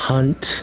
Hunt